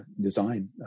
design